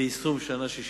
ויישום שנה שישית,